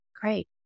Great